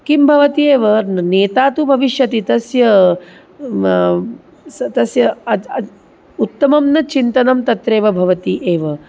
किं भवति एव न नेता तु भविष्यति तस्य तस्य स तस्य उत्तमं न चिन्तनं तत्रेव भवति एव